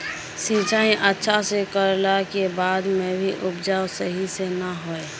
सिंचाई अच्छा से कर ला के बाद में भी उपज सही से ना होय?